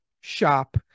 shop